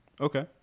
okay